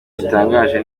gitangaje